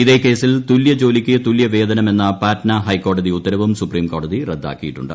ഇതേ കേസിൽ തുല്യ ജോലിയ്ക്ക് തുല്യ വേതനം എന്ന പാട്നാ ഹൈക്കോടതി ഉത്തരവും സുപ്രീം കോടതി റദ്ദാക്കിയിട്ടുണ്ട്